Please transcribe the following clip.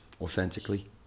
authentically